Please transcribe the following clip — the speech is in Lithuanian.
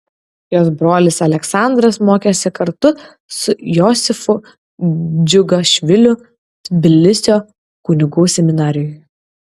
jos brolis aleksandras mokėsi kartu su josifu džiugašviliu tbilisio kunigų seminarijoje